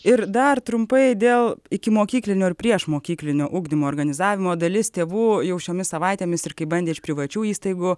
ir dar trumpai dėl ikimokyklinio ir priešmokyklinio ugdymo organizavimo dalis tėvų jau šiomis savaitėmis ir kai bandė iš privačių įstaigų